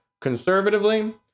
Conservatively